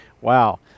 Wow